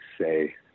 say